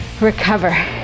recover